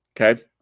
Okay